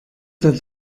der